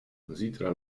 zítra